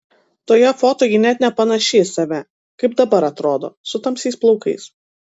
toje foto ji net nepanaši į save kaip dabar atrodo su tamsiais plaukais